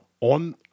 on